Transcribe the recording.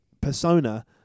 persona